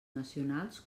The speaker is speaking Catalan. nacionals